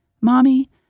Mommy